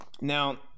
Now